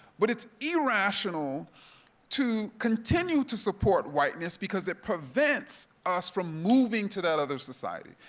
but it's irrational to continue to support whiteness because it prevents us from moving to that other society.